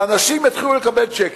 ואנשים יתחילו לקבל צ'קים.